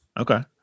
Okay